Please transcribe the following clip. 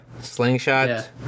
slingshot